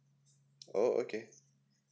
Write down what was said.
oh okay